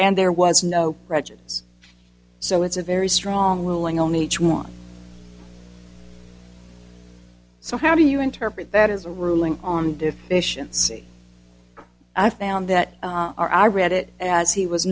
and there was no prejudice so it's a very strong ruling on each one so how do you interpret that as a ruling on deficiency i found that our i read it as he was